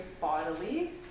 bodily